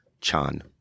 Chan